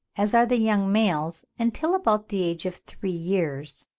as are the young males until about the age of three years,